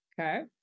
Okay